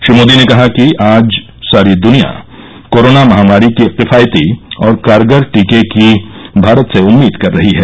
श्री मोदी ने कहा कि आज सारी दुनिया कोरोना महामारी के किफायती और कारगर टीके की भारत से उम्मीद कर रही है